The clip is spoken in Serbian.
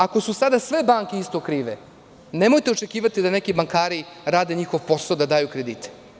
Ako su sada sve banke isto krive, nemojte očekivati da neki bankari rade njihov posao, da daju kredite.